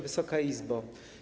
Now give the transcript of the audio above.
Wysoka Izbo!